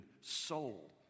soul